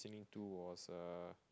to was uh